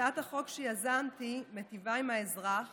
הצעת החוק שיזמתי מיטיבה עם האזרח